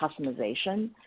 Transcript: customization